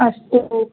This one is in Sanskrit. अस्तु